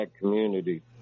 community